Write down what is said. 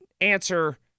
answer